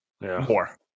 More